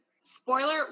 Spoiler